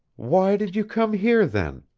why did you come here, then?